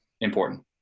important